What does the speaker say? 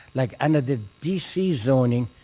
like under the dc zoning,